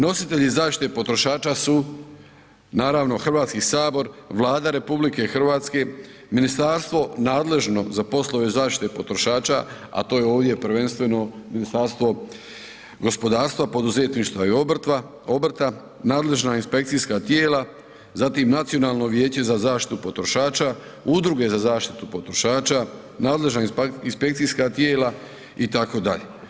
Nositelji zaštite potrošača su naravno, Hrvatski sabor, Vlada RH, ministarstvo nadležno za poslove zaštite potrošača, a to je ovdje prvenstveno Ministarstvo gospodarstva, poduzetništva i obrta, nadležna inspekcijska tijela, zatim Nacionalno vijeće za zaštitu potrošača, udruge za zaštitu potrošača, nadležna inspekcijska tijela, itd.